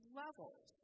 levels